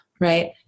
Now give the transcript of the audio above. right